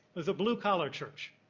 was a blue-collared church.